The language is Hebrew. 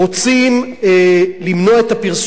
רוצים למנוע את הפרסום,